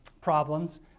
problems